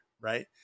right